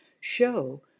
show